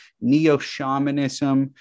neo-shamanism